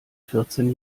vierzehn